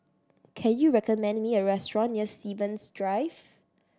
can you recommend me a restaurant near Stevens Drive